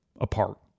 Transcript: apart